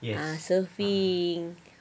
ah surfing